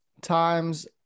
times